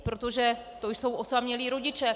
Protože to jsou osamělí rodiče.